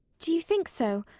do you think so?